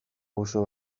auzo